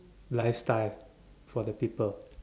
lifestyle for the people